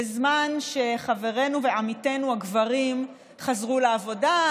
בזמן שחברינו ועמיתינו הגברים חזרו לעבודה,